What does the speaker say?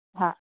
हा